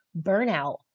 burnout